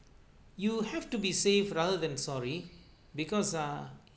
you have to be safe rather than sorry because ah